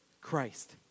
Christ